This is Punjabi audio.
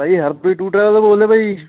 ਭਾਈ ਹਰਪ੍ਰੀਤ ਟੂਰ ਟਰੈਵਲ ਤੋਂ ਬੋਲਦੇ ਭਾਈ